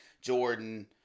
Jordan